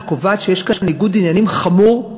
שקובעת שיש כאן ניגוד עניינים חמור,